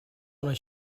una